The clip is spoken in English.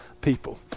people